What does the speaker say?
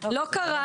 להחנות,